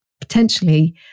potentially